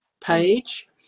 page